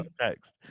Text